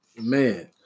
Man